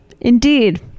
Indeed